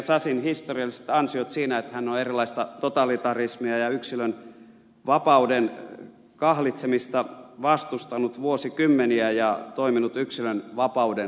sasin historialliset ansiot siinä että hän on erilaista totalitarismia ja yksilönvapauden kahlitsemista vastustanut vuosikymmeniä ja toiminut yksilönvapauden puolesta